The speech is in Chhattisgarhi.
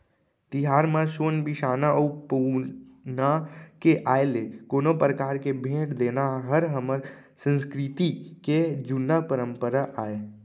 तिहार म सोन बिसाना अउ पहुना के आय ले कोनो परकार के भेंट देना हर हमर संस्कृति के जुन्ना परपंरा आय